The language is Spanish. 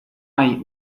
hay